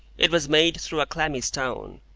it was made through a clammy stone,